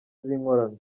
z’inkorano